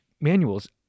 manuals